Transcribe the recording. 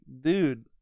dude